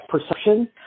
perception